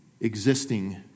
existing